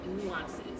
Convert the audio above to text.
nuances